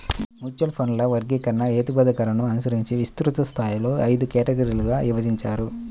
mutual ఫండ్ల వర్గీకరణ, హేతుబద్ధీకరణను అనుసరించి విస్తృత స్థాయిలో ఐదు కేటగిరీలుగా విభజించారు